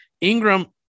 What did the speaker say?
Ingram